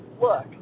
look